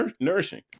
nourishing